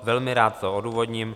Velmi rád to odůvodním.